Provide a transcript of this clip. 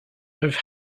have